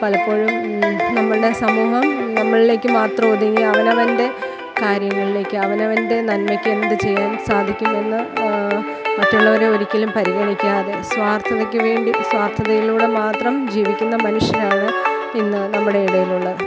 പലപ്പോഴും നമ്മളുടെ സമൂഹം നമ്മളിലേക്ക് മാത്രം ഒതുങ്ങി അവനവൻ്റെ കാര്യങ്ങളിലേക്ക് അവനവൻ്റെ നന്മയ്ക്ക് എന്ത് ചെയ്യാൻ സാധിക്കുന്നുവെന്ന് മറ്റുള്ളവരെ ഒരിക്കലും പരിഗണിക്കാതെ സ്വാർത്ഥതയ്ക്ക് വേണ്ടി സ്വാർത്ഥതയിലൂടെ മാത്രം ജീവിക്കുന്ന മനുഷ്യരാണ് ഇന്ന് നമ്മുടെ ഇടയിൽ ഉള്ളത്